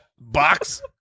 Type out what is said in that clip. box